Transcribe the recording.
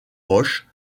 roche